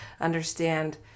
understand